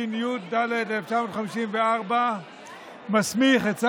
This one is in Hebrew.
כי הכותרת היא שבסופו של דבר חבר כנסת